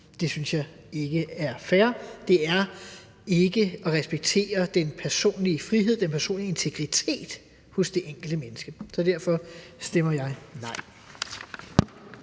tid, synes jeg ikke er fair. Det er ikke at respektere den personlige frihed, den personlige integritet hos det enkelte menneske. Så derfor stemmer jeg nej.